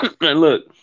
Look